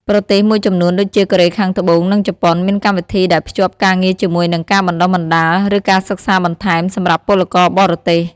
ប្រទេសមួយចំនួនដូចជា កូរ៉េខាងត្បូង និងជប៉ុន មានកម្មវិធីដែលភ្ជាប់ការងារជាមួយនឹងការបណ្ដុះបណ្ដាល ឬការសិក្សាបន្ថែមសម្រាប់ពលករបរទេស។